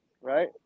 Right